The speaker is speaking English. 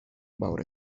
about